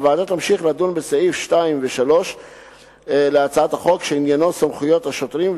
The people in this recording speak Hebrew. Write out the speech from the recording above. הוועדה תמשיך לדון בסעיף 2(3) להצעת החוק שעניינו סמכויות השוטרים,